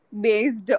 based